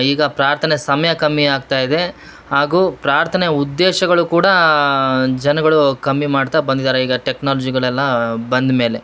ಈಗ ಪ್ರಾರ್ಥನೆ ಸಮಯ ಕಮ್ಮಿ ಆಗ್ತಾಯ ಇದೆ ಹಾಗೂ ಪ್ರಾರ್ಥನೆ ಉದ್ದೇಶಗಳು ಕೂಡ ಜನಗಳು ಕಮ್ಮಿ ಮಾಡ್ತಾ ಬಂದಿದ್ದಾರೆ ಈಗ ಟೆಕ್ನಾಲಜಿಗಳೆಲ್ಲಾ ಬಂದ್ಮೇಲೆ